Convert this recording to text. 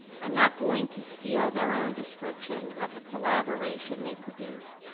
i'm not going to steal their own description of the collaboration they produced,